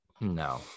No